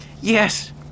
yes